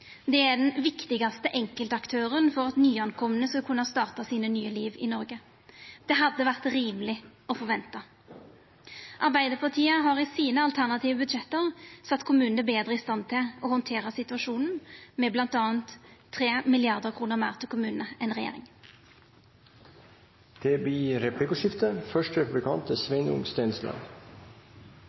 Det er den viktigaste enkeltaktøren for at nykomne skal kunna starta sine nye liv i Noreg. Det hadde det vore rimeleg å forventa. Arbeidarpartiet har i sine alternative budsjett sett kommunane betre i stand til å handtera situasjonen, med bl.a. 3 mrd. kr meir til kommunane enn regjeringa gjev. Det blir replikkordskifte. Den siste tiden har representanten Tajik vært opptatt av ulike partiers historiske bidrag til